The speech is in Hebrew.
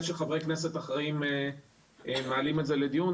שחברי כנסת אחראיים מעלים את זה לדיון,